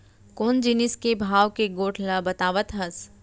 कोन जिनिस के भाव के गोठ ल बतावत हस?